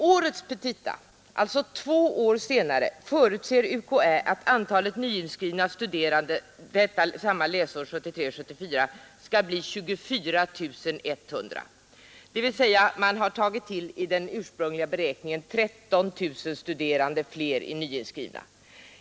I årets petita, alltså två år senare, förutser UKÄ att antalet nyinskrivna studerande samma läsår skall bli 24 100 — dvs. man har i den ursprungliga beräkningen tagit till 13 000 flera nyinskrivna studerande.